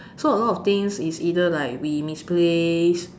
so a lot of things is either like we misplaced